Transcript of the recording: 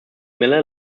miller